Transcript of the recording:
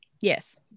Yes